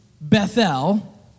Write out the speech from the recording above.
Bethel